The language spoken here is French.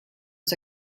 les